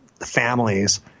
families